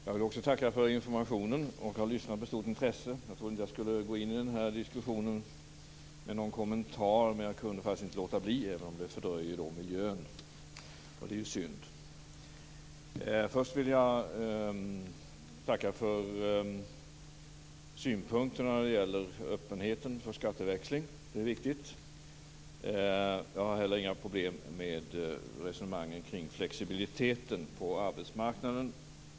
Fru talman! Jag vill också tacka för informationen. Jag har lyssnat med stort intresse. Jag trodde inte att jag skulle gå in i den här diskussionen med någon kommentar, men jag kunde faktiskt inte låta bli, även om det fördröjer miljödiskussionen. Det är ju synd. Först vill jag tacka för synpunkterna när det gäller öppenheten för skatteväxling. Det är viktigt. Jag har heller inga problem med resonemangen kring flexibiliteten på arbetsmarknaden.